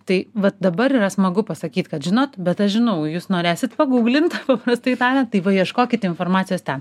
tai vat dabar yra smagu pasakyt kad žinot bet aš žinau jūs norėsit paguglint paprastai tariant tai paieškokit informacijos ten